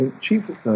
chief